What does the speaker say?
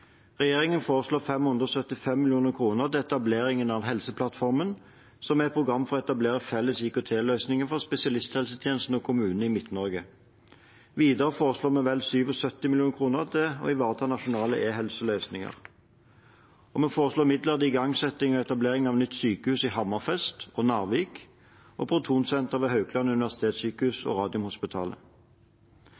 Regjeringen foreslår 575 mill. kr til etablering av Helseplattformen, som er et program for å etablere felles IKT-løsninger for spesialisthelsetjenesten og kommunene i Midt-Norge. Videre foreslår vi vel 77 mill. kr til å ivareta nasjonale e-helseløsninger. Vi foreslår midler til igangsetting og etablering av nytt sykehus i Hammerfest og i Narvik protonsenter ved